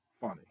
funny